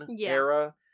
era